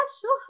sure